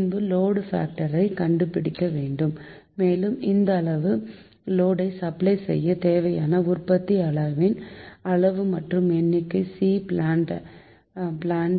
பின்பு load factor ஐ கண்டுபிடிக்க வேண்டும் மேலும் இந்தளவு லோடை சப்பளை செய்ய தேவையான உற்பத்தி அலகின் அளவு மற்றும் எண்ணிக்கை பிளான்ட் ன்